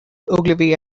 ogilvy